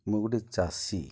ମୁଇଁ ଗୁଟେ ଚାଷୀ